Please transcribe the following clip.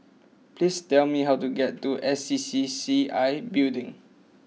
please tell me how to get to S C C C I Building